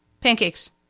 Pancakes